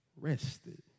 rested